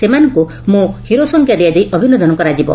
ସେମାନଙ୍କୁ ମୁଁ ହିରୋର ସଂଙ୍କା ଦିଆଯାଇ ଅଭିନନ୍ଦନ କରାଯିବ